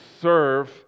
serve